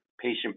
patient